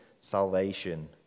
salvation